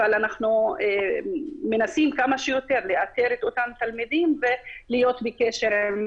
אבל אנחנו מנסים כמה שיותר לאתר את אותם תלמידים ולהיות בקשר.